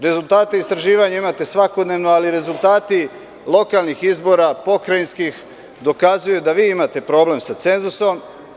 Rezultate istraživanja imate svakodnevno, ali rezultati lokalnih izbora, pokrajinskih dokazuju da vi imate problem sa cenzusom.